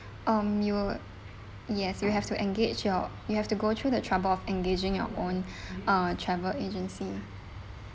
um you'll yes you have to engage your you have to go through the trouble of engaging our own uh travel agency